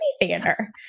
theater